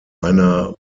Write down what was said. einer